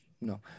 No